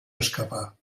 escapar